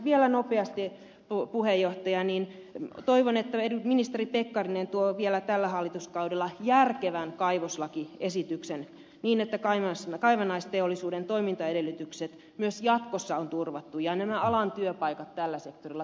vielä nopeasti puhemies toivon että ministeri pekkarinen tuo vielä tällä hallituskaudella järkevän kaivoslakiesityksen niin että kaivannaisteollisuuden toimintaedellytykset myös jatkossa on turvattu ja alan työpaikat tällä sektorilla turvattu